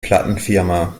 plattenfirma